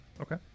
Okay